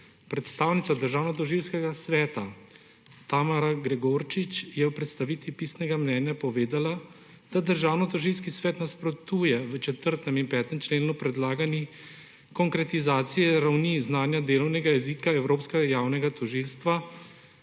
Predstavnica Državnotožilskega sveta Tamara Gregorčič je v predstavitvi pisnega mnenja povedala, da Državnotožilski svet nasprotuje v 4. in 5. členu predlagani konkretizaciji ravni znanja delovnega jezika Evropskega javnega tožilstva,